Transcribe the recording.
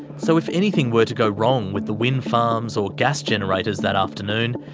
so if anything were to go wrong with the wind farms or gas generators that afternoon,